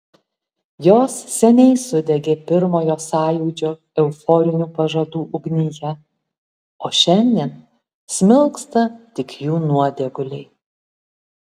jos seniai sudegė pirmojo sąjūdžio euforinių pažadų ugnyje o šiandien smilksta tik jų nuodėguliai